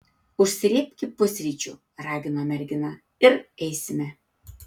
užsrėbki pusryčių ragino mergina ir eisime